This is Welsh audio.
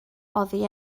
oddi